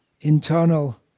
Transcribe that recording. internal